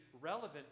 relevant